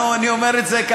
אני אומר את זה,